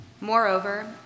Moreover